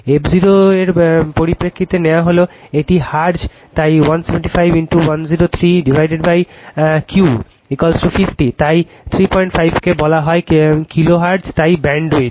f 0 এর পরিপ্রেক্ষিতে নেওয়া হলে এটি হার্টজ তাই 175 103 ভাগQ50 তাই 35 কে বলা যাক কিলোহার্টজ তাই ব্যান্ডউইথ